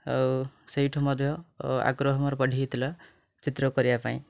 ଆଉ ସେଇଠୁ ମୋର ଆଗ୍ରହ ମୋର ବଢ଼ିଥିଲା ଚିତ୍ର କରିବା ପାଇଁଁ